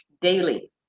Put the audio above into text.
daily